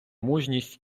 мужність